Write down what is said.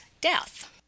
death